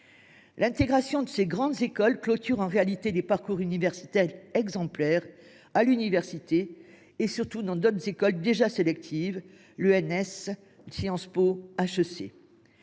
L’intégration dans ces grandes écoles clôt en réalité des parcours universitaires exemplaires, à l’université et surtout dans d’autres écoles déjà sélectives : l’ENS (École normale